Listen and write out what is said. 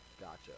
gotcha